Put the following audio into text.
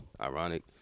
Ironic